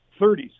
30s